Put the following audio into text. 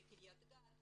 בקריית-גת,